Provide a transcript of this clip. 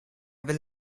will